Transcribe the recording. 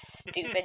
Stupid